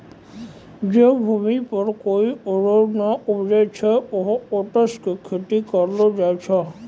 जै भूमि पर कोय अनाज नाय उपजै छै वहाँ ओट्स के खेती करलो जाय छै